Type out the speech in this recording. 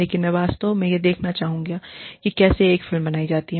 लेकिन मैं वास्तव में यह देखना चाहूंगा कि कैसे एक फिल्म बनाई जाती है